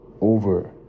over